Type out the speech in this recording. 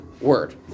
word